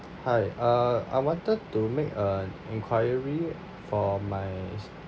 hi uh I wanted to make an enquiry for my